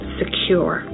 secure